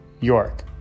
York